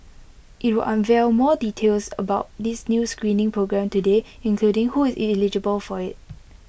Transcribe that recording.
IT will unveil more details about this new screening programme today including who is eligible for IT